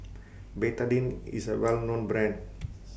Betadine IS A Well known Brand